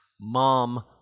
Mom